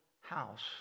house